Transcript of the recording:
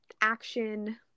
action